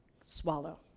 swallow